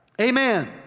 Amen